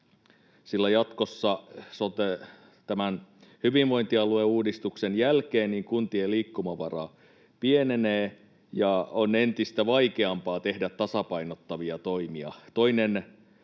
sillä jatkossa tämän hyvinvointialueuudistuksen jälkeen kuntien liikkumavara pienenee ja on entistä vaikeampaa tehdä tasapainottavia toimia.